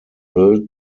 built